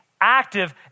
active